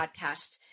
podcasts